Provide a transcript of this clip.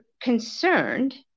concerned